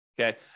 Okay